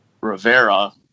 Rivera